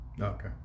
Okay